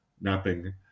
napping